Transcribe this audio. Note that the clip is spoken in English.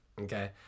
Okay